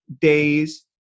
days